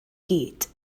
gyd